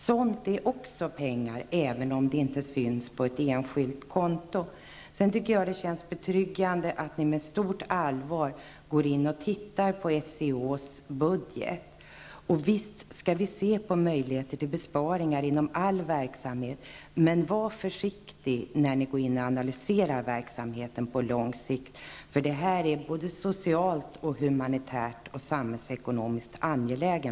Sådant är också pengar även om det inte syns på ett enskilt konto. Jag tycker att det känns betryggande att ni med stort allvar går in och ser över SIHs budget. Vi skall visserligen se på möjligheter till besparingar inom all verksamhet, men var försiktiga när ni går in och analyserar verksamheten på lång sikt. Denna verksamhet är socialt, humanitärt och samhällsekonomiskt angelägen.